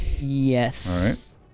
Yes